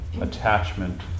attachment